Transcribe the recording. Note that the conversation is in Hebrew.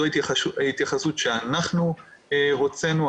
זו ההתייחסות שאנחנו הוצאנו,